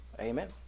Amen